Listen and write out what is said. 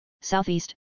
southeast